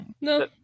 No